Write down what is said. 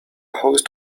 host